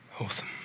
Awesome